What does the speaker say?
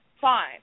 Fine